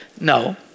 No